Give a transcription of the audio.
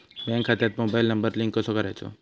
Bank खात्यात mobile number link कसो करायचो?